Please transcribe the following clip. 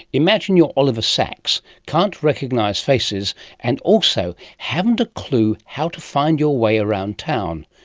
imagine you're oliver sacks, can't recognise faces and also haven't a clue how to find your way around town.